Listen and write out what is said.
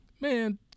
man